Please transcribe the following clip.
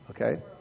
Okay